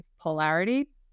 polarity